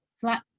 flat